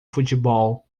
futebol